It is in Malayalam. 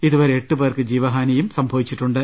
ഇതുവരെ എട്ട് പേർക്ക് ജീവഹാനിയും സംഭവിച്ചിട്ടുണ്ട്